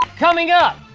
coming up,